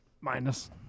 Minus